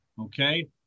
okay